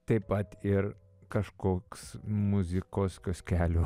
taip pat ir kažkoks muzikos kioskelių